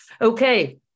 Okay